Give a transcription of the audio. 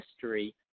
history